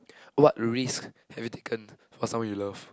what risk have you taken for someone you love